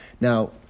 Now